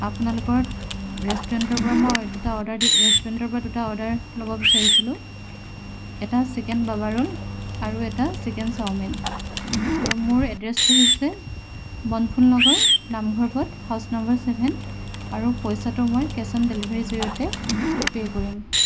আপোনালোকৰ ৰেষ্টুৰেন্টৰ পৰা মই দুটা অৰ্ডাৰ দি ৰেষ্টুৰেন্টৰপৰা দুটা অৰ্ডাৰ ল'ব বিচাৰিছিলোঁ এটা চিকেন বাবা ৰ'ল আৰু এটা চিকেন চাওমিন আৰু মোৰ এড্ৰেছটো হৈছে Bonful Nagar Namghar Path house number seven আৰু পইচাটো মই কেচ অন ডেলিভাৰীৰ জৰিয়তে পে' কৰিম